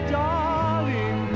darling